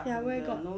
ya where got